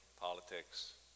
politics